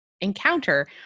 encounter